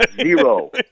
Zero